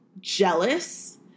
jealous